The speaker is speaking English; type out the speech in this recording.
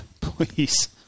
Please